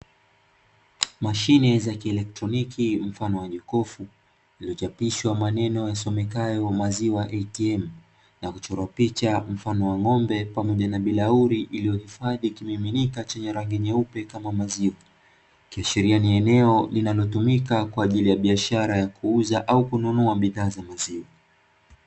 Mashine za kielektroniki mfano wa jokofu, iliyochapishwa maneno yasomekayo "Maziwa ATM" na kuchorwa picha mfano wa ng'ombe pamoja na bilauri iliyohifadhi kimiminika chenye rangi nyeupe kama maziwa, ikiashiria ni eneo linalotumika kwa ajili ya biashara ya kuuza au kununua bidhaa za maziwa.